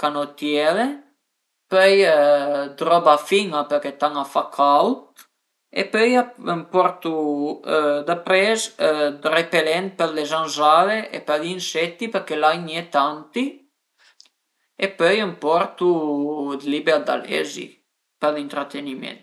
caminza ëndua chi deve cüzilu, pöi ëntà pié ël fil, grupelo sü 'na sü 'na gücia e pöi dopu piantela e fe la cüzidüra ën manera ch'ël butun a staga li